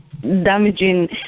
damaging